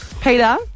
Peter